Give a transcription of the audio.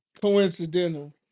coincidental